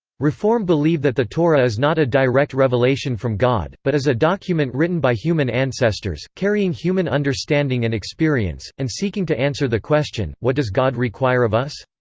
reform believe that the torah is not a direct revelation from god, but is a document written by human ancestors, carrying human understanding and experience, and seeking to answer the question what does god require of us.